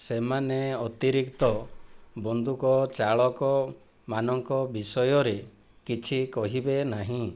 ସେମାନେ ଅତିରିକ୍ତ ବନ୍ଧୁକଚାଳକମାନଙ୍କ ବିଷୟରେ କିଛି କହିବେ ନାହିଁ